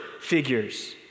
figures